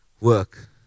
work